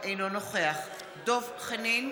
אינו נוכח דב חנין,